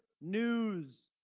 news